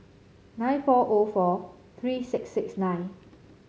nine four O four three six six nine